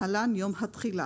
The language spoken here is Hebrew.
התשע"ז-2017 (להלן, החוק),